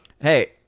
hey